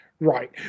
Right